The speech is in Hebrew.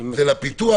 זה לפיתוח.